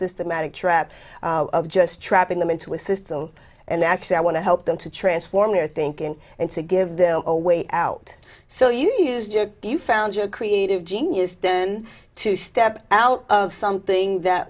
systematic trap of just trapping them into a system and actually i want to help them to transform their thinking and to give them a way out so you used you found your creative genius then to step out of something that